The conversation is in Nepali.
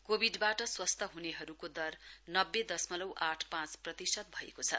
कोविडवाट स्वस्थ हुनेहरुको दर नब्बे दशमलउ आठ पाँच प्रतिशत भएको छ